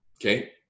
okay